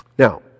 Now